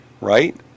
right